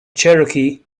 cherokee